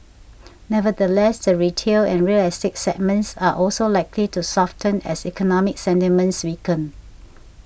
nevertheless the retail and real estate segments are also likely to soften as economic sentiments weaken